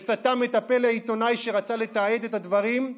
וסתם את הפה לעיתונאי שרצה לתעד את הדברים,